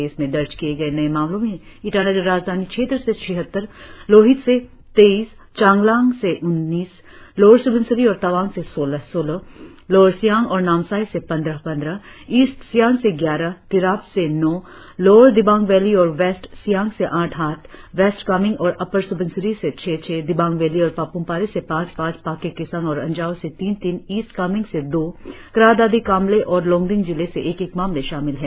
प्रदेश में दर्ज किए गए नए मामलों में ईटानगर राजधानी क्षेत्र से छिहत्तर लोहित से तेईस चांगलांग से उन्नीस लोअर स्बनसिरी और तवांग से सोलह सोलह लोअर सियांग और नामसाई से पंद्रह पंद्रह ईस्ट सियांग से ग्यारह तिरप से नौ लोअर दिबांग वैली और वेस्ट सियांग से आठ आठ वेस्ट कामेंग और अपर स्बनसिरी से छह छह दिबांग वैली और पाप्मपारे से पांच पांच पाक्के केसांग और अंजाव से तीन तीन ईस्ट कामेंग से दो क्रा दादी कामले और लोंगडिंग जिले से एक एक मामले शामिल है